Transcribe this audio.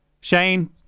Shane